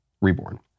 reborn